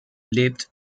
lebt